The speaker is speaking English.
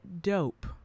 dope